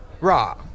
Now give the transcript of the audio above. raw